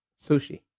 sushi